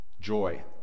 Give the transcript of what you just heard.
Joy